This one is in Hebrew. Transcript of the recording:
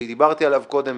שדיברתי עליו קודם,